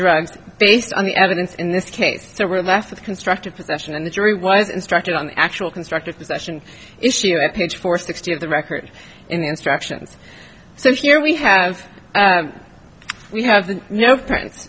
drugs based on the evidence in this case so we're left with constructive possession and the jury was instructed on the actual constructive possession issue and page four sixty of the record in the instructions so here we have we have no friends